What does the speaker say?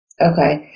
Okay